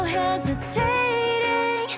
hesitating